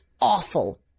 awful